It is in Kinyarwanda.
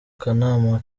kanama